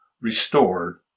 Restored